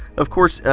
of course, yeah